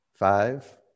Five